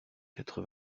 quatre